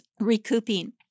recouping